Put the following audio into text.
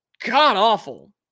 god-awful